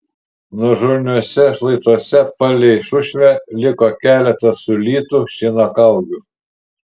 nuožulniuose šlaituose palei šušvę liko keletas sulytų šieno kaugių